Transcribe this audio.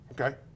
okay